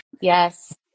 Yes